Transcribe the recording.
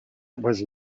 was